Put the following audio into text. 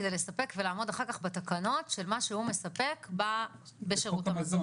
כדי לספק ולעמוד אחר כך בתקנות של מה שהוא מספק בשירות המזון.